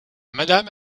madame